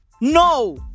No